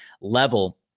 level